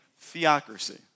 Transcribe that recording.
theocracy